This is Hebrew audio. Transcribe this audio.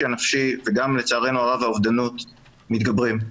הנפשי וגם לצערנו הרב האובדנות מתגברים.